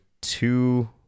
two